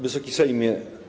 Wysoki Sejmie!